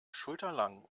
schulterlang